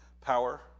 power